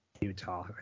utah